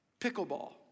pickleball